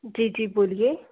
जी जी बोलिए